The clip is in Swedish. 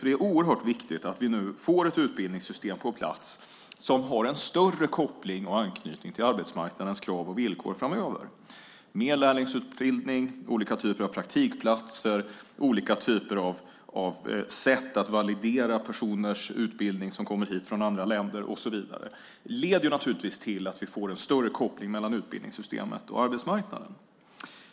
Det är oerhört viktigt att vi nu får ett utbildningssystem på plats som har en större koppling och anknytning till arbetsmarknadens krav och villkor framöver - mer lärlingsutbildning, olika typer av praktikplatser, olika typer av sätt att validera utbildning hos personer som kommer hit från andra länder. Det leder naturligtvis till att vi får en större koppling mellan utbildningssystemet och arbetsmarknaden.